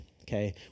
Okay